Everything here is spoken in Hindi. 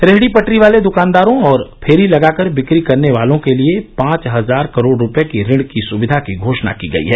रेहड़ी पटरी वाले दुकानदारों और फेरी लगाकर बिक्री करने वालों के लिए पांच हजार करोड़ रुपये की ऋण सुविया की घोषणा की गई है